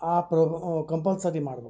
ಆ ಪ್ರ ಕಂಪಲ್ಸರಿ ಮಾಡ್ಬೇಕು